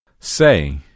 Say